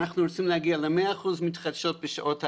אנחנו רוצים להגיע ל-100 אחוזים מתחדשות בשעות היום,